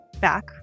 back